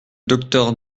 docteur